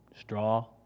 straw